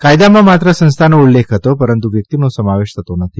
કાયદામાં માત્ર સંસ્થાનો ઉલ્લેખ હતો પરંતુ વ્યરંક્તનો સમાવેશ થતો નથી